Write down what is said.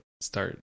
start